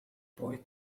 boy